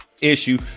issue